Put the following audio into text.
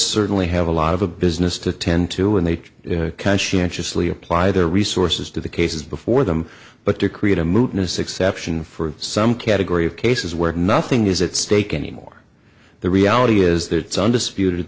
certainly have a lot of a business to tend to when they conscientious lee apply their resources to the cases before them but to create a mood is exceptional for some category of cases where nothing is at stake any more the reality is that it's undisputed